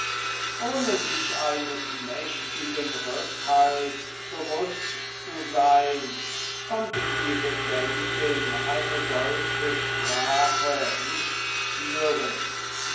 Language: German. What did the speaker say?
ohne sich eines mächtigen rückhalts bewußt zu sein konnte die regentin eine solche sprache nicht führen